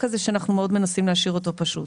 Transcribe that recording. הזה שאנחנו מאוד מנסים להשאיר אותו פשוט.